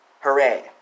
Hooray